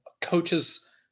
coaches